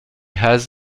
has